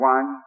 One